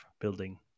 building